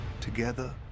Together